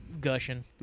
Gushing